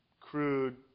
crude